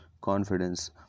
confidence